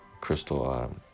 crystal